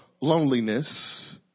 loneliness